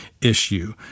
issue